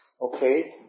Okay